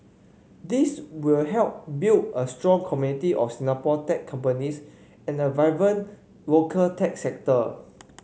this will help build a strong community of Singapore tech companies and a vibrant local tech sector